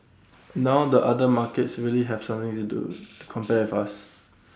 now the other markets really have something to compare with us